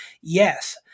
yes